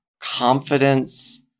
confidence